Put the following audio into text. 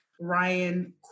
Ryan